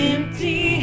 Empty